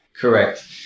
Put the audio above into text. Correct